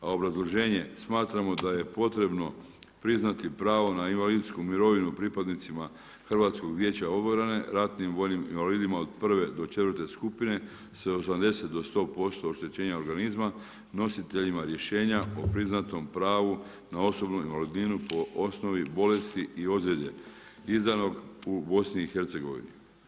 A obrazloženje, smatramo da je potrebno priznati pravo na invalidsku mirovinu pripadnicima HVO, ratnim vojnim invalidima od 1.-4. skupine sa 80-100% oštećenja organizma, nositeljima rješenja o priznatom pravu na osobnu invalidninu po osnovi bolesti i ozljede izdanog u BiH-a.